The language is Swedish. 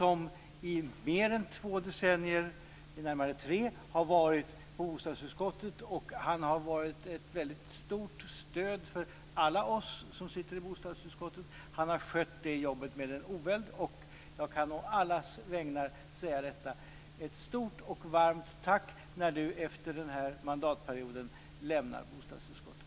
I mer än två decennier - närmare tre - har han varit ett väldigt stort stöd för alla oss som sitter i bostadsutskottet. Han har skött det jobbet med en oväld. Jag kan å allas vägnar säga detta: Ett stort och varmt tack när du efter denna mandatperiod lämnar bostadsutskottet!